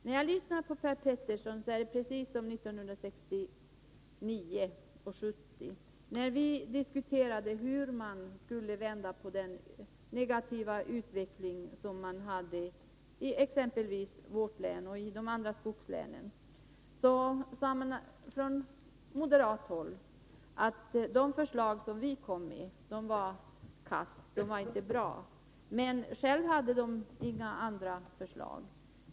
När jag lyssnar på Per Petersson tycker jag att det låter precis som 1969 och 1970, när vi diskuterade hur man skulle vända den negativa utvecklingen i exempelvis vårt län och de andra skogslänen. Moderaterna sade då att de förslag vi lade fram inte var bra. Men själva hade de inga andra förslag.